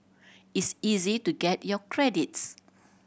it's easy to get your credits